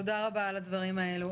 תודה רבה על הדברים האלה.